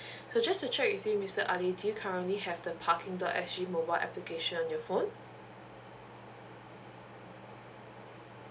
so just to check with you mister ali do you currently have the parking dot S G mobile application in your phone